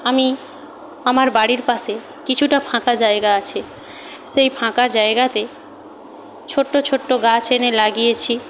আমি আমার বাড়ির পাশে কিছুটা ফাঁকা জায়গা আছে সেই ফাঁকা জায়গাতে ছোট্ট ছোট্ট গাছ এনে লাগিয়েছি